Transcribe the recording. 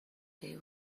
day